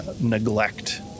neglect